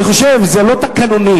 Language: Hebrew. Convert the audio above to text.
אני חושב שזה לא תקנוני.